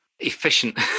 efficient